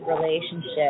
relationship